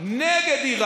של ארצות הברית נגד המדינה